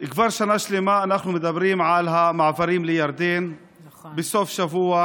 כבר שנה שלמה אנחנו מדברים על המעברים לירדן בסוף השבוע,